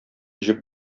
җеп